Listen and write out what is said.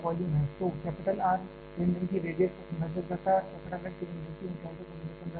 तो capital R cylinder की radius को संदर्भित करता है और कैपिटल H सिलेंडर की ऊंचाई को संदर्भित करता है